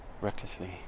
recklessly